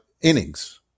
innings